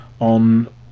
on